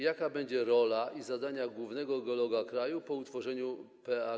Jaka będzie rola i zadania głównego geologa kraju po utworzeniu PAG?